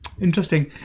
Interesting